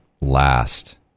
last